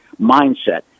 mindset